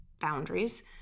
boundaries